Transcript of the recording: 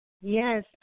Yes